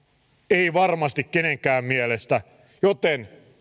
ei varmasti kenenkään mielestä joten